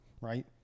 right